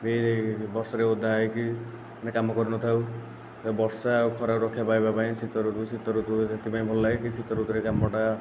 ବି ଏହି ବର୍ଷାରେ ଓଦା ହୋଇକି ଆମେ କାମ କରୁନଥାଉ ଏ ବର୍ଷା ଆଉ ଖରାରୁ ରକ୍ଷା ପାଇବା ପାଇଁ ଶୀତ ଋତୁ ଶୀତ ଋତୁ ଏ ସେଥିପାଇଁ ଭଲ ଲାଗେକି ଶୀତ ଋତୁରେ କାମଟା